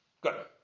Good